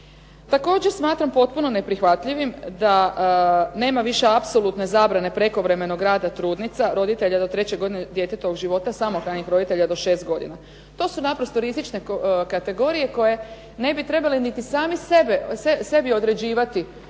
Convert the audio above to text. Također smatram potpuno neprihvatljivim da nema više apsolutne zabrane prekovremenog rada trudnica, roditelja do treće godine djetetovog života, samohranih roditelja do šest godina. To su naprosto rizične kategorije koje ne bi trebale niti sami sebi određivati